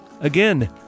again